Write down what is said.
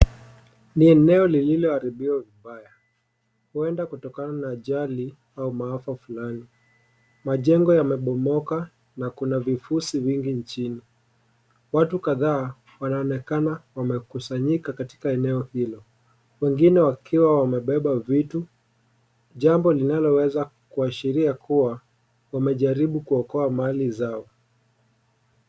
Ni eneo lililo haribiwa vibaya, huenda kutokana na ajali au maafa fulani, majengo yamebomoka, na kuna vipusi vingi nchini. Watu kadhaa wanaonekana wamekusanyika katika eneo hilo, wengine wakiwa wamebeba vitu, jambo linaloweza kuashiria kuwa wamejaribu kuokoa mali zao.